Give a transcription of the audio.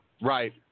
Right